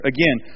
Again